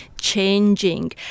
changing